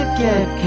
get